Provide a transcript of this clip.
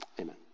amen